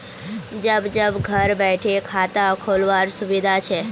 जब जब घर बैठे खाता खोल वार सुविधा छे